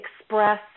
express